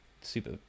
super